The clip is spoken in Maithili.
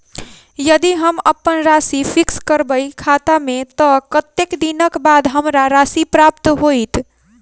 यदि हम अप्पन राशि फिक्स करबै खाता मे तऽ कत्तेक दिनक बाद हमरा राशि प्राप्त होइत?